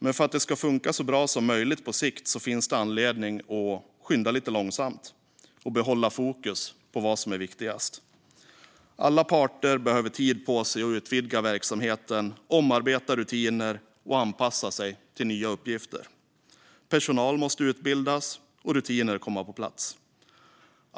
Men för att det ska funka så bra som möjligt på sikt finns det anledning att skynda lite långsamt och behålla fokus på vad som är viktigast. Alla parter behöver tid på sig för att utvidga verksamheten, omarbeta rutiner och anpassa sig till nya uppgifter. Personal måste utbildas och rutiner komma på plats.